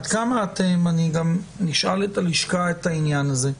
אני אשאל גם את הלשכה על העניין הזה.